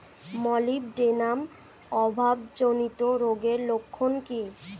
Molybdenum অভাবজনিত রোগের লক্ষণ কি কি?